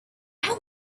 how